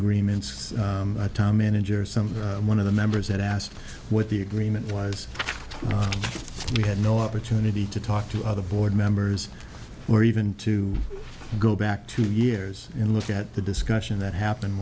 agreements a time manager some one of the members had asked what the agreement was we had no opportunity to talk to other board members or even to go back two years in look at the discussion that happened